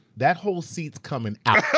that whole seat's comin' out.